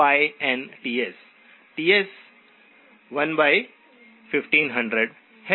Ts 11500 है